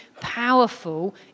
powerful